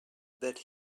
that